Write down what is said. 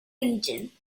region